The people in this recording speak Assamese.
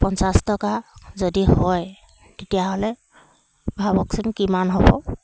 পঞ্চাছ টকা যদি হয় তেতিয়াহ'লে ভাবকচোন কিমান হ'ব